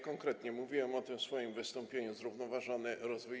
Konkretnie mówiłem o tym w swoim wystąpieniu: zrównoważony rozwój.